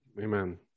Amen